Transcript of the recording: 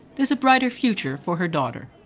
there's a brighter future for her daughter.